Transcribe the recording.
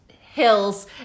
hills